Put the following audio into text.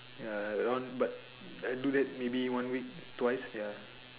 ya that one but I do that maybe one week twice ya